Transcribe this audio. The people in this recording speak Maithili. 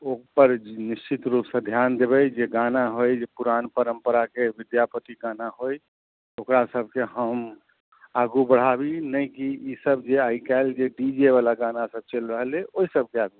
ओकर निश्चित रूपसँ धिआन देबै जे गाना होइ जे पुरान परम्पराके विद्यापतिके गाना होइ ओकरा सबके हम आगू बढ़ाबी नहि कि ईसब जे आइ काल्हि जे डी जे वला गाना सब चलि रहल अइ ओहि सबके आगू बढ़ाबी